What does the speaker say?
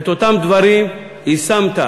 את אותן דברים יישמת.